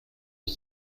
ich